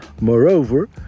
Moreover